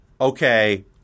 okay